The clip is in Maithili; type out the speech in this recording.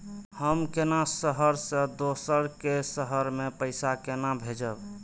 हम केना शहर से दोसर के शहर मैं पैसा केना भेजव?